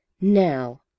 NOW